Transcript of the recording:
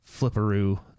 flipperoo